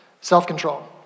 self-control